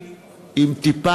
אני לא האויב שלכם,